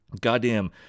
Goddamn